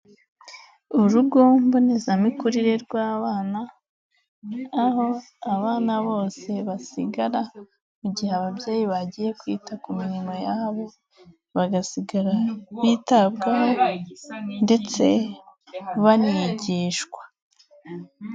Urugo mboneza mikurire rw'abana, aho abana bose basigara mu gihe ababyeyi bagiye kwita ku mirimo yabo bagasigara bitabwaho ndetse banigishwa.